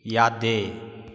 ꯌꯥꯗꯦ